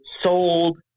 sold